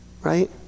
Right